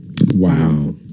Wow